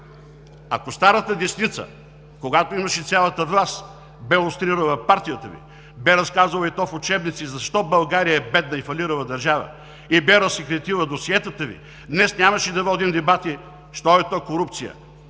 Ако старата десница, когато имаше цялата власт, бе лустрирала партията Ви, бе разказала, и то в учебниците, защо България е бедна и фалирала държава и бе разсекретила досиетата Ви, днес нямаше да водим дебати що е то корупция.